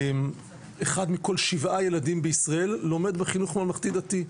אחד מכל שבעה ילדים בישראל לומד בחינוך הממלכתי דתי,